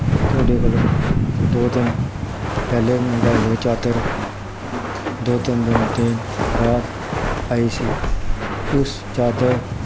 ਤੁਹਾਡੇ ਕੋਲੋਂ ਦੋ ਦਿਨ ਪਹਿਲੇ ਮੰਗਵਾਈ ਹੋਈ ਚਾਦਰ ਦੋ ਤਿੰਨ ਦਿਨ ਦੇ ਬਾਅਦ ਆਈ ਸੀ ਉਸ ਚਾਦਰ